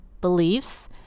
beliefs